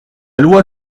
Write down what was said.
loi